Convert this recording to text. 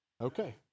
Okay